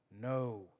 no